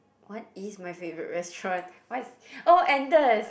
what is my favourite restaurant what oh Ander